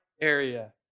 area